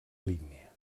línia